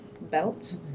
belt